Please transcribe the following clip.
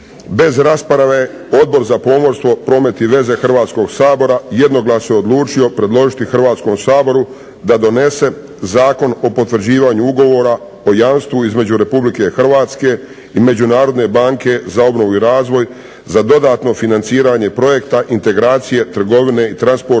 Bez rasprave Odbor za pomorstvo, promet i veze Hrvatskog sabora jednoglasno je odlučio predložiti Hrvatskom saboru da donese Zakon o potvrđivanju Ugovora o jamstvu između Republike Hrvatske i Međunarodne banke za obnovu i razvoj za dodatno financiranje "Projekta integracije trgovine i transporta"